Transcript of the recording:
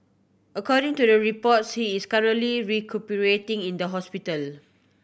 according to the reports he is currently recuperating in the hospital